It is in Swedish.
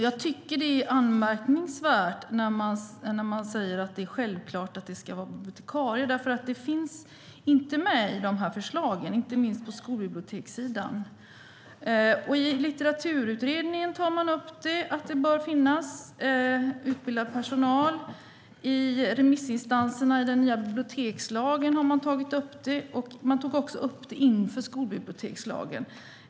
Jag tycker att det är anmärkningsvärt när man säger att det är självklart att det ska vara bibliotekarier, för det finns inte med i de här förslagen, inte minst på skolbibliotekssidan. I Litteraturutredningen tar man upp att det bör finnas utbildad personal. Remissinstanserna till den nya bibliotekslagen har tagit upp det. Man tog också upp det inför skolbibliotekslagen.